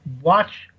watch